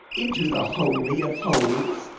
into the holy of holies?